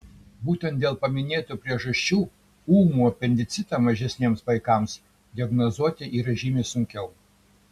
būtent dėl paminėtų priežasčių ūmų apendicitą mažesniems vaikams diagnozuoti yra žymiai sunkiau